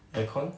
air con